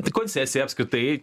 tai koncesija apskritai